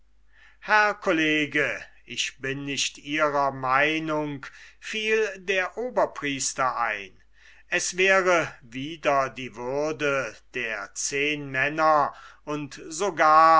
herr college ich bin nicht ihrer meinung fiel der oberpriester ein es wäre wider die würde der zehnmänner und sogar